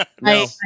No